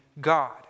God